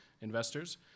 investors